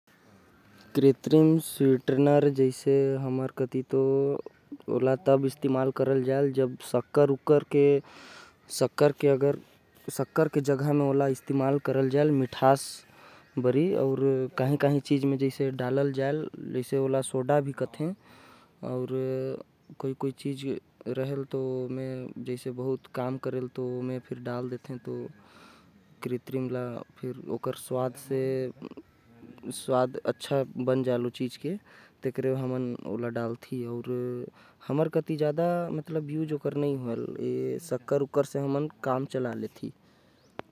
हमर कति ज्यादा कृत्रिम स्वीटनर के इस्तेमाल नही होथे। एकर इस्तेमाल शक्कर के कमी होथे तब या ओकर जगह करथे। हालांकि हमर कति शक्कर से काम चल जाथे। एकर साथ साथ सोडा के भी इस्तेमाल करथि।